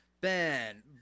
Ben